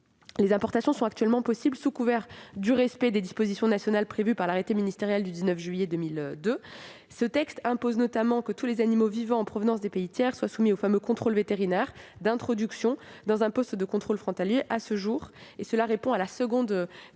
les importations sont actuellement possibles sous couvert du respect des dispositions nationales fixées par l'arrêté ministériel du 19 juillet 2002. Ce texte impose notamment que tous les animaux vivants en provenance des pays tiers soient soumis aux fameux contrôles vétérinaires d'introduction dans un poste de contrôle frontalier. À ce jour, et cela répond à votre seconde question,